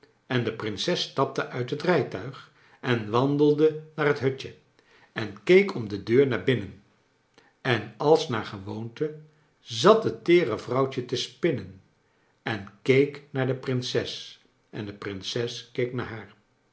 en do prinses stapte uit het rijtuig en wandelde naar het hutje en keek om de deur naar binnen en als naar gewoonte zat het teere vrouwtje te spinnen en keek naar de prinses en de prinses keek naar